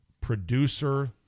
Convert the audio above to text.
producer